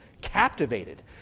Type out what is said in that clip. captivated